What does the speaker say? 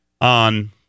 on